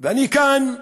ואני כאן,